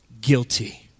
guilty